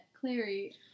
Clary